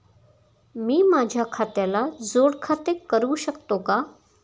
मी माझ्या खात्याला जोड खाते करू शकतो का?